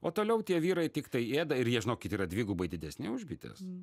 o toliau tie vyrai tiktai ėda ir jie žinokit yra dvigubai didesni už bites